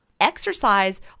Exercise